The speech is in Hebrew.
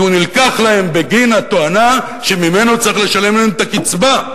כי הוא נלקח להם בתואנה שממנו צריך לשלם להם את הקצבה,